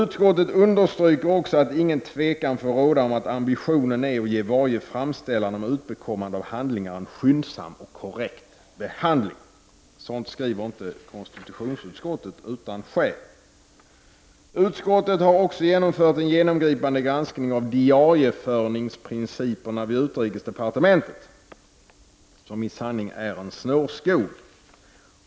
Utskottet understryker också att ingen tvekan får råda om att ”ambitionen är att ge varje framställan om utbekommande av handlingar en skyndsam och korrekt behandling”. Sådant skriver inte konstitutionsutskottet utan skäl. Utskottet har också gjort en genomgripande granskning av diarieföringsprinciperna vid utrikesdepartementet som i sanning är en snårskog.